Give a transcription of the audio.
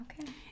Okay